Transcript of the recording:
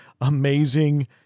amazing